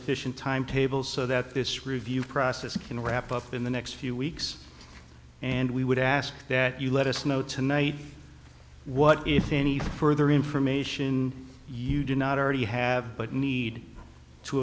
efficient timetable so that this review process can wrap up in the next few weeks and we would ask that you let us know tonight what if any further information you do not already have but need to